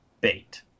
bait